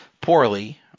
poorly